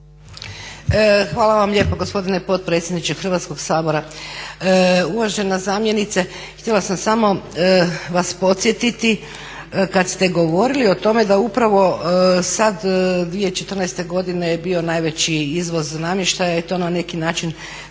Hvala vam lijepa gospodine potpredsjedniče Hrvatskoga sabora. Uvažena zamjenice htjela sam samo vas podsjetiti kada ste govorili o tome da upravo sada 2014. godine je bio najveći izvoz namještaja i to na neki način